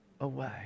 away